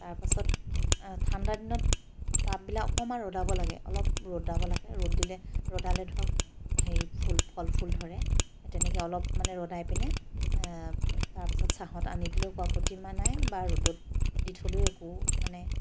তাৰ পাছত ঠাণ্ডা দিনত টাববিলাক অকণমান ৰ'দাব লাগে অলপ ৰ'দাব লাগে ৰ'দ দিলে ৰ'দালে ধৰক অকণমান সেই ফিল ফল ফুল ধৰে এ তেনেকৈ অলপ মানে ৰ'দাই পিনে তাৰ পাছত ছাঁহত আনি দিলেও আমাৰ একো আপত্তি নাই বা ৰ'দত দি থলেও একো